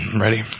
Ready